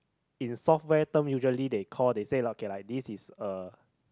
in software term usually they call they say okay like this is a